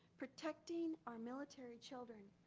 protecting our military children.